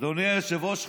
אדוני היושב-ראש,